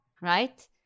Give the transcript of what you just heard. Right